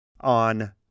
on